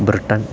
Britain